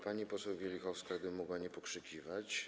Pani poseł Wielichowska jakby mogła nie pokrzykiwać.